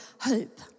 hope